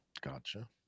Gotcha